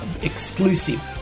exclusive